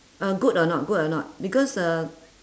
uh good or not good or not because uh